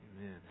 Amen